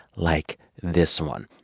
like this one.